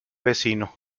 vecino